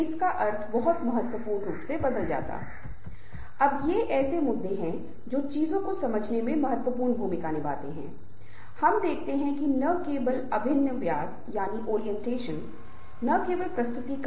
यह समूह गतिकी वास्तव में बहुत दिलचस्प है यदि आप मनोविज्ञान को समझते हैं और समूह बनाते हैं तो वास्तव में कई अच्छी चीजें निर्धारित समय के भीतर की जा सकती हैं